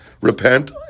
Repent